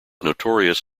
notorious